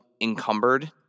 encumbered